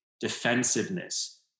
defensiveness